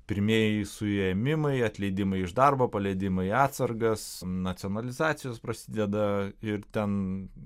pirmieji suėmimai atleidimai iš darbo paleidimai į atsargas nacionalizacijos prasideda ir ten